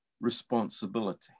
responsibility